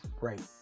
right